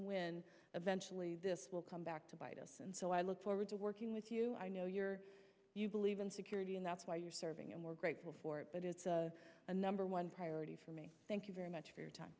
when eventually this will come back to bite us and so i look forward to working with you i know your you believe in security and that's why you're serving and we're grateful for it but it's a number one priority for me thank you very much for your time